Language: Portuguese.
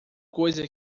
coisa